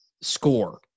score